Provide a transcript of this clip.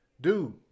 dude